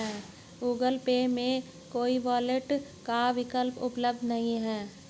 Google Pay में कोई wallet का विकल्प उपलब्ध नहीं है